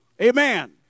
Amen